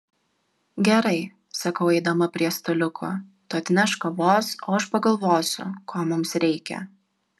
gerai sakau eidama prie staliukų tu atnešk kavos o aš pagalvosiu ko mums reikia